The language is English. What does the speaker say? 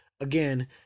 Again